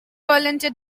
volunteer